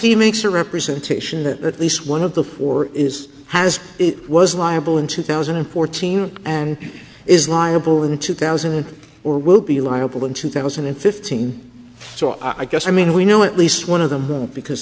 he makes a representation that at least one of the four is has it was liable in two thousand and fourteen and is liable in two thousand and four will be liable in two thousand and fifteen so i guess i mean we know at least one of them won't because